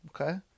Okay